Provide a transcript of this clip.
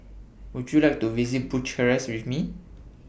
Would YOU like to visit Bucharest with Me